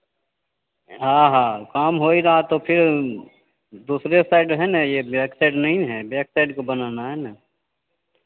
हाँ हाँ काम हो ही रहा था तो फिर दूसरे साइड है ना यह बैक साइड नहीं न है बैक साइड को बनाना है न